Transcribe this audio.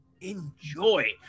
Enjoy